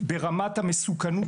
עבירות מין במרחב המקוון,